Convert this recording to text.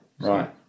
Right